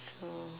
so